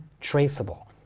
traceable